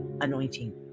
anointing